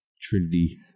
Trinity